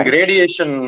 radiation